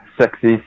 sexy